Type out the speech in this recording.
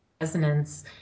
resonance